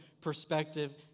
perspective